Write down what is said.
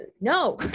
no